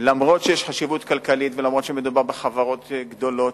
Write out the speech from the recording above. למרות שיש חשיבות כלכלית ולמרות שמדובר בחברות גדולות